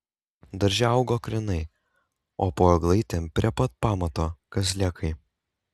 darže augo krienai o po eglaitėm prie pat pamato kazlėkai